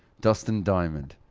dustin diamond.